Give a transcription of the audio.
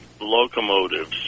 locomotives